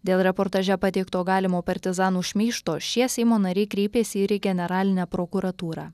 dėl reportaže pateikto galimo partizanų šmeižto šie seimo nariai kreipėsi ir į generalinę prokuratūrą